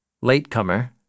latecomer